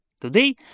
Today